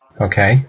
Okay